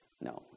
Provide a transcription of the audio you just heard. No